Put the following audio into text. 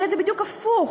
הרי זה בדיוק הפוך,